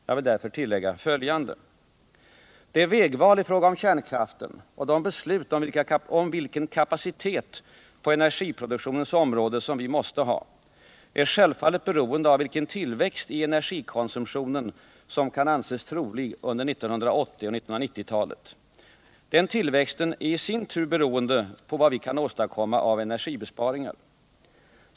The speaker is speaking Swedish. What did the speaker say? Jag vill därför tillägga följande: Det vägval i fråga om kärnkraften, och de beslut om vilken kapacitet på energiproduktionens område som vi måste ha, är självfallet beroende av vilken tillväxt i energikonsumtionen som kan anses trolig under 1980 och 1990-talen. Den tillväxten är i sin tur beroende på vad vi kan uppnå av energibesparingar.